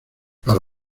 para